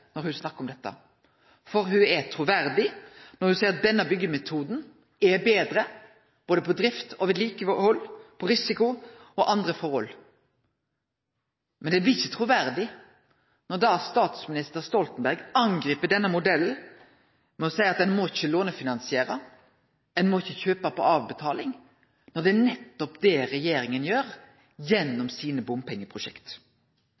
når ho snakkar om dette. For ho er truverdig når ho seier at denne byggjemetoden er betre, både når det gjeld drift, vedlikehald, risiko og andre forhold. Men det blir ikkje truverdig når statsminister Stoltenberg går til åtak på denne modellen med å seie at ein ikkje må lånefinansiere, og at ein ikkje må kjøpe på avbetaling når det er nettopp det regjeringa gjer